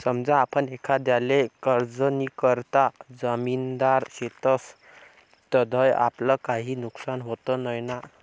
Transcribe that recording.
समजा आपण एखांदाले कर्जनीकरता जामिनदार शेतस तधय आपलं काई नुकसान व्हत नैना?